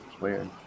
weird